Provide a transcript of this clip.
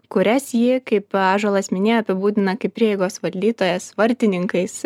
kurias ji kaip ažuolas minėjo apibūdina kaip prieigos valdytojas vartininkais